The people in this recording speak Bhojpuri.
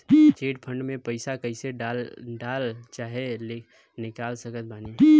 चिट फंड मे पईसा कईसे डाल चाहे निकाल सकत बानी?